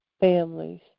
families